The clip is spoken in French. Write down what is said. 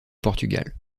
portugal